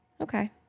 Okay